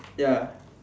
ya